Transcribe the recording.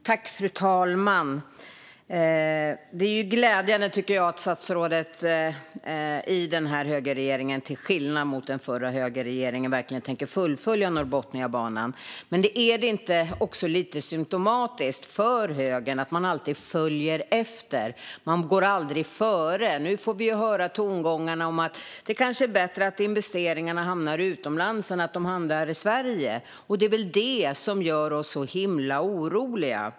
Fru talman! Det är glädjande att statsrådet i denna högerregering, till skillnad från den förra högerregeringen, tänker fullfölja Norrbotniabanan. Men är det inte också lite symtomatiskt för högern att man alltid följer efter och att man aldrig går före? Nu får vi höra tongångar om att det kanske är bättre att investeringarna hamnar utomlands än att de hamnar i Sverige. Det är det som gör oss så himla oroliga.